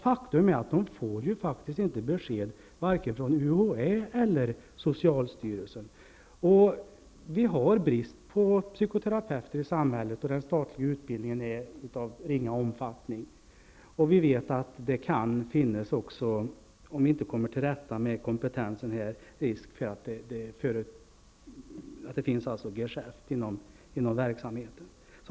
Faktum är att de inte får besked vare sig från UHÄ eller från socialstyrelsen. Vi har brist på psykoterapeuter i samhället, och den statliga utbildningen är av ringa omfattning. Vi vet också att det, om vi inte kommer till rätta med kompetensen, finns risk för att det uppstår geschäft inom området.